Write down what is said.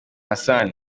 hassan